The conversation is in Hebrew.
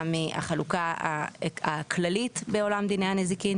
מהחלוקה הכללית בעולם דיני הנזיקין.